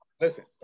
listen